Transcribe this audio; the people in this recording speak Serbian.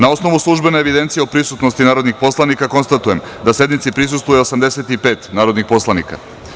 Na osnovu službene evidencije o prisutnosti narodnih poslanika konstatujem da sednici prisustvuje 85 narodnih poslanika.